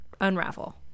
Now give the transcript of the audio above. unravel